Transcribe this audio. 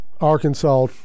Arkansas